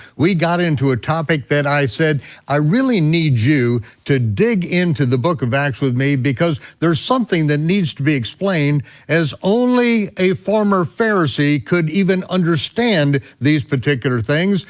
we got into a topic that i said i really need you to dig into the book of acts with me because there's something that needs to be explained as only a former pharisee could even understand these particular things.